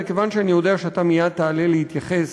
וכיוון שאני יודע שאתה מייד תעלה להתייחס,